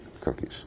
Cookies